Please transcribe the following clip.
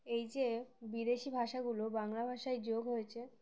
এই যে বিদেশি ভাষাগুলো বাংলা ভাষায় যোগ হয়েছে